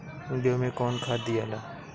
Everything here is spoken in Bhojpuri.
गेहूं मे कौन खाद दियाला?